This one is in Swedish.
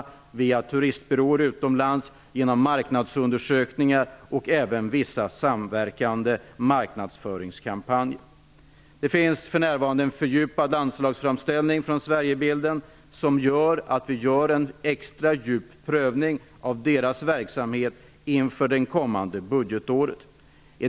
Det sker via turistbyråer utomlands, genom marknadsundersökningar och även genom vissa samverkande marknadsföringskampanjer. Det finns en fördjupad anslagsframställning från Sverigebilden som medför att vi gör en extra fördjupad prövning av dess verksamhet inför det kommande budgetåret.